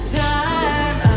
time